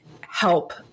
help